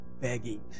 begging